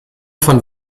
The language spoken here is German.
von